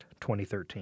2013